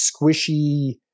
squishy